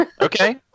Okay